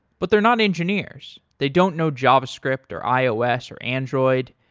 but they're not engineers. they don't know javascript or, ios, or android.